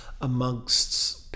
amongst